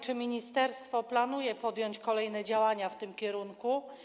Czy ministerstwo planuje podjąć kolejne działania w tym kierunku?